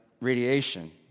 radiation